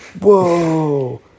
Whoa